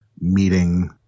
meeting